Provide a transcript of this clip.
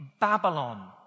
Babylon